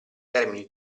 termini